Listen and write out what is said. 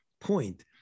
point